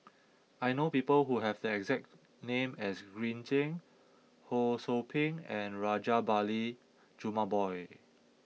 I know people who have the exact name as Green Zeng Ho Sou Ping and Rajabali Jumabhoy